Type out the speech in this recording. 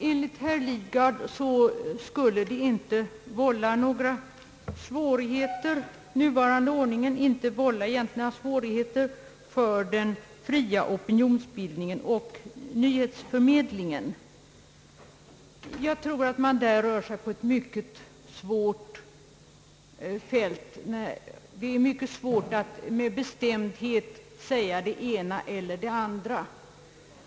Enligt herr Lidgard skulle den nuvarande ordningen egentligen inte vålla några svårigheter för den fria opinionsbildningen och nyhetsförmedlingen, Jag tror att man där rör sig på ett mycket besvärligt område — det är svårt att med bestämdhet säga det ena eller det andra.